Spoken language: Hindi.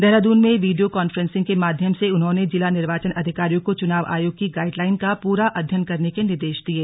देहराद्न में वीडियो कॉन्फ्रेंसिंग के माध्यम से उन्होंने जिला निर्वाचन अधिकारियों को चुनाव आयोग की गाइड लाईन का पूरा अध्ययन करने के निर्देश दिये